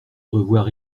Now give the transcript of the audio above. revoir